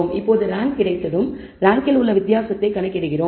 இப்போது ரேங்க் கிடைத்ததும் ரேங்கில் உள்ள வித்தியாசத்தை கணக்கிடுகிறோம்